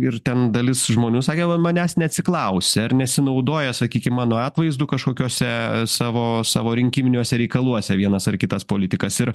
ir ten dalis žmonių sakė vat manęs neatsiklausė ar nesinaudoja sakykim mano atvaizdu kažkokiuose savo savo rinkiminiuose reikaluose vienas ar kitas politikas ir